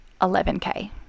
$11K